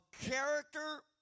character